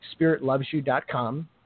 spiritlovesyou.com